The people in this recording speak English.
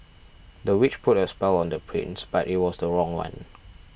the witch put a spell on the prince but it was the wrong one